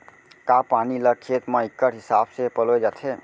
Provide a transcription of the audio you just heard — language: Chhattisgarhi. का पानी ला खेत म इक्कड़ हिसाब से पलोय जाथे?